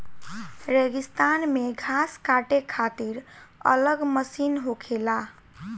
रेगिस्तान मे घास काटे खातिर अलग मशीन होखेला